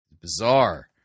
Bizarre